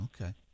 Okay